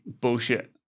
bullshit